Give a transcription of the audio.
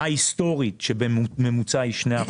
ההיסטורית שבממוצע היא 2%,